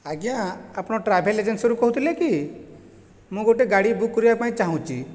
ଆଜ୍ଞା ଆପଣ ଟ୍ରାଭେଲ ଏଜେନ୍ସିରୁ କହୁଥିଲେ କି ମୁଁ ଗୋଟିଏ ଗାଡ଼ି ବୁକ୍ କରିବାପାଇଁ ଚାହୁଁଛି